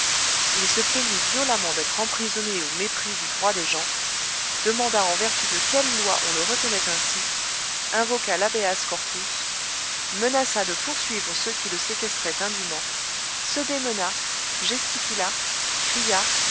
il se plaignit violemment d'être emprisonné au mépris du droit des gens demanda en vertu de quelle loi on le retenait ainsi invoqua l'habeas corpus menaça de poursuivre ceux qui le séquestraient indûment se démena gesticula cria